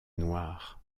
noir